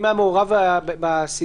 אם היה מעורב בהמלצה